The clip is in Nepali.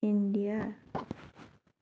इन्डिया